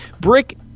Brick